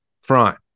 front